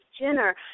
Jenner